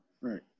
Right